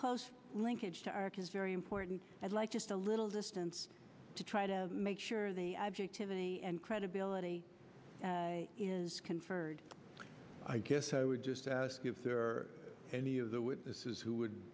cause linkage to arc is very important i'd like just a little distance to try to make sure the objectivity and credibility is conferred i guess i would just ask if there are any of the witnesses who would